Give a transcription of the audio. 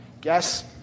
Guess